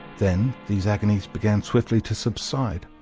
then these agonies began swiftly to subside,